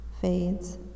fades